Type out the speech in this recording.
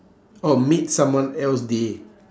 oh made someone else day